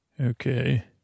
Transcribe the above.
Okay